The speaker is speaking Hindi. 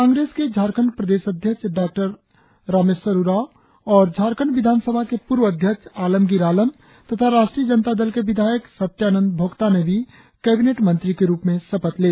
कांग्रेस के झारखंड प्रदेश अध्यक्ष डॉक्टर रामेश्वर उंराव और झारखंड विधानसभा के पूर्व अध्यक्ष आलमगीर आलम तथा राष्ट्रीय जनता दल के विधायक सत्यानंद भोक्ता ने भी कैबिनेट मंत्री के रुप में शपथ ली